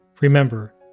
Remember